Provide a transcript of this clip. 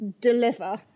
deliver